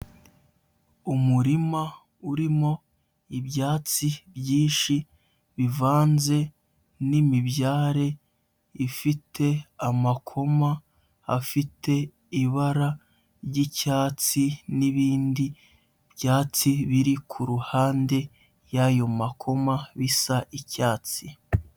Umurima urimo ibyatsi byinshi, bivanze n'imibyare ifite amakoma afite ibara ry'icyatsi n'ibindi byatsi biri ku ruhande yayo makoma bisa icyatsi.